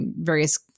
various